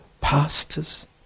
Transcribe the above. pastors